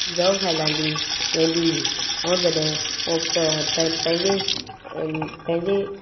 जव फहिलाईंदी वेंदी हुई हूअ जॾहिं पंहिंजे ओ पंहिंजे